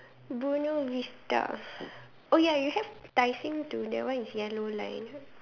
Buona-Vista oh ya you have Tai Seng to that one is yellow line